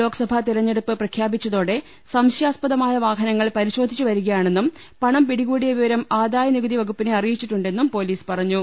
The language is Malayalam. ലോക്സഭാതെരഞ്ഞെടുപ്പ് പ്രഖ്യാപിച്ചതോടെ സംശയാസ്പദമായ വാഹനങ്ങൾ പരിശോധിച്ചുവരികയാണെന്നും പണം പിടികൂടിയ വിവരം ആദായ നികുതി വകുപ്പിനെ അറിയിച്ചിട്ടുണ്ടെന്നും പൊലീസ് പറഞ്ഞു